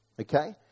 Okay